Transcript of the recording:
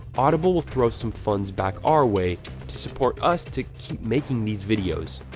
audible will throw some funds back our way to support us to keep making these videos.